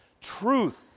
Truth